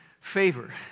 favor